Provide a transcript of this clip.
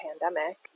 pandemic